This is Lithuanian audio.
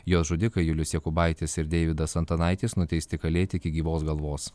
jos žudikai julius jakubaitis ir deividas antanaitis nuteisti kalėti iki gyvos galvos